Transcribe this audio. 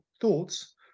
thoughts